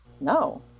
No